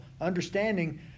understanding